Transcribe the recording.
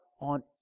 on